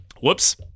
Whoops